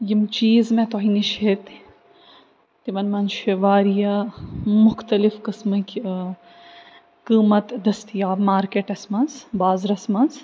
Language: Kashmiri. یِم چیٖز مےٚ تۄہہِ نِش ہیٚتۍ تِمن منٛز چھِ وارِیاہ مختلف قٕسمٕکۍ قۭمت دٔستِیاب مارکٮ۪ٹس منٛز بازرس منٛز